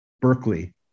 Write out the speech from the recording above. Berkeley